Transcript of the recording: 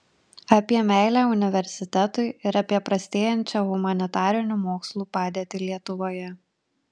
apie meilę universitetui ir apie prastėjančią humanitarinių mokslų padėtį lietuvoje